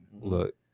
Look